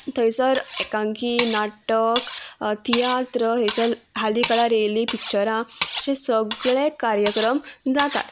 थंयसर एकांकी नाटक तियात्र हेसर हालीं काळार येयलीं पिक्चरां अशें सगळे कार्यक्रम जातात